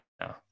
no